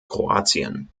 kroatien